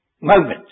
moment